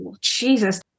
Jesus